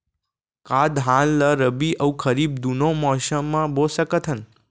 का धान ला रबि अऊ खरीफ दूनो मौसम मा बो सकत हन?